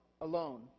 alone